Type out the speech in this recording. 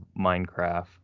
Minecraft